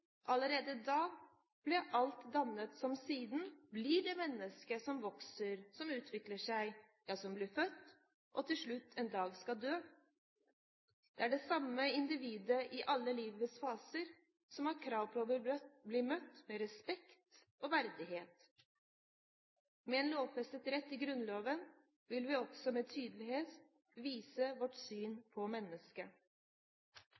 allerede da blir alt dannet som siden blir det mennesket som vokser, som utvikler seg, og som til slutt en dag skal dø. Det er det samme individet som i alle livets faser har krav på å bli møtt med respekt og verdighet. Med en lovfestet rett i Grunnloven vil vi også med tydelighet vise vårt syn